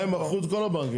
בנתיים מכרו את כל הבנקים.